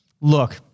look